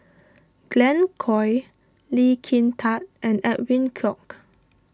Glen Goei Lee Kin Tat and Edwin Koek